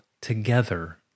together